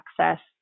access